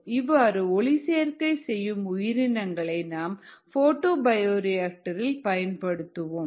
இவ்வாறு ஒளிசேர்க்கை செய்யும் உயிரினங்களை நாம் போட்டோ பயோரியாடரில் பயன்படுத்துவோம்